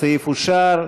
הסעיף אושר.